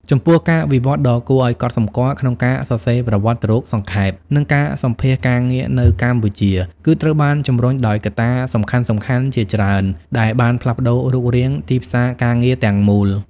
ចំពោះ ការវិវត្តន៍ដ៏គួរឲ្យកត់សម្គាល់ក្នុងការសរសេរប្រវត្តិរូបសង្ខេប និងការសម្ភាសន៍ការងារនៅកម្ពុជា គឺត្រូវបានជំរុញដោយកត្តាសំខាន់ៗជាច្រើន ដែលបានផ្លាស់ប្ដូររូបរាងទីផ្សារការងារទាំងមូល។